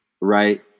right